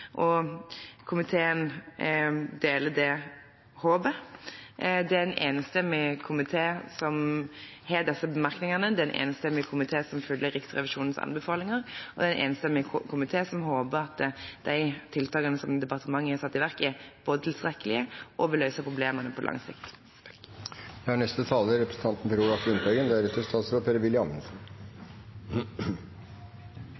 og komiteen deler det håpet. Det er en enstemmig komité som har disse bemerkningene. Det er en enstemmig komité som følger Riksrevisjonens anbefalinger, og det er en enstemmig komité som håper at de tiltakene som departementet har satt i verk, både er tilstrekkelige og vil løse problemene på lang sikt. Jeg vil slutte meg til saksordførerens framlegg. Det er